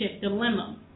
dilemma